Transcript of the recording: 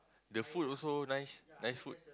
the food also nice nice food